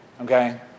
Okay